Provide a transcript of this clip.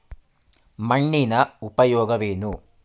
ಮಣ್ಣಿನ ಉಪಯೋಗವೇನು?